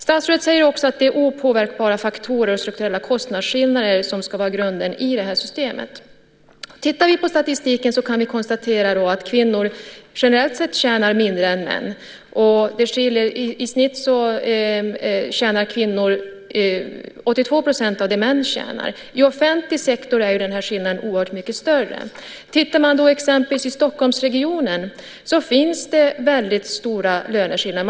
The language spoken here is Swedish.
Statsrådet säger också att det är opåverkbara faktorer och strukturella kostnadsskillnader som ska vara grunden i det här systemet. Tittar vi på statistiken kan vi konstatera att kvinnor generellt sett tjänar mindre än män. I snitt tjänar kvinnor 82 % av det männen tjänar. I offentlig sektor är skillnaden oerhört mycket större. I exempelvis Stockholmsregionen finns det väldigt stora löneskillnader.